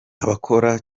abakora